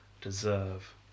deserve